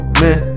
man